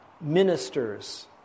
ministers